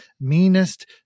meanest